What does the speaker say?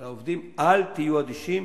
אל תהיו אדישים.